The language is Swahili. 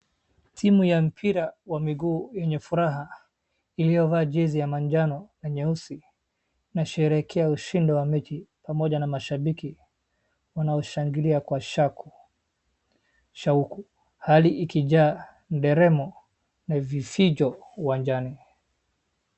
Timu ya mpira wa miguu yenye furaha iliyovaa jezi ya majano na nyeusi inasherehekea ushindi wa mechi pamoja na mashabiki wanaoshangilia kwa shauku. Hali ikijaa deremo na vifijo uwanjani.